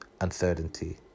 uncertainty